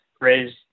raise